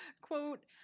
quote